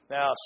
Now